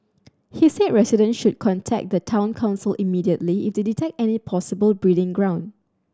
he said residents should contact the Town Council immediately if they detect any possible breeding ground